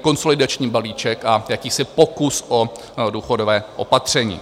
Konsolidační balíček a jakýsi pokus o důchodové opatření.